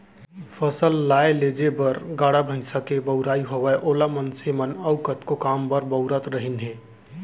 फसल लाए लेजे बर गाड़ा भईंसा के बउराई होवय ओला मनसे मन अउ कतको काम बर बउरत रहिन हें